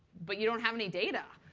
but you don't have any data.